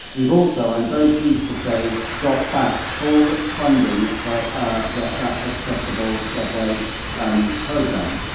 we've also, i'm very pleased to say, got back full funding for ah that that accessible subway um program.